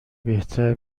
بهتر